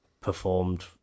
performed